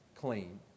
clean